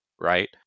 right